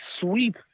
sweep